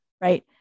right